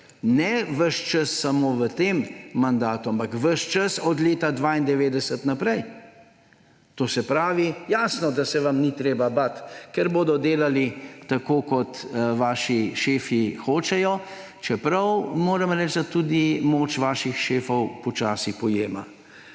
Ne ves čas samo v tem mandatu, ampak ves čas od leta 1992 naprej. To se pravi, jasno, da se vam ni treba bati, ker bodo delali tako, kot vaši šefi hočejo. Čeprav moram reči, da tudi moč vaših šefov polčasi pojema.